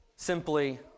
Simply